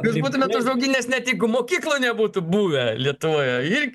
jūs būtumėt užauginęs net jeigu mokyklų nebūtų buvę lietuvoje ir